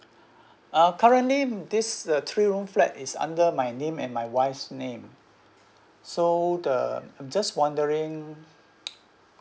uh currently this uh three room flat is under my name and my wife's name so the I'm just wondering